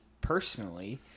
personally